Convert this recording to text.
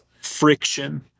friction